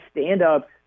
stand-up